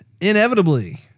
inevitably